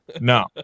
no